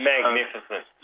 Magnificent